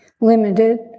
Limited